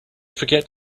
forget